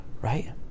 right